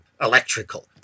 electrical